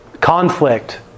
conflict